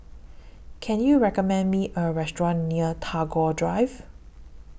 Can YOU recommend Me A Restaurant near Tagore Drive